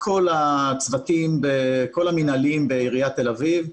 כל הצוותים בכל המנהלים בעיריית תל אביב.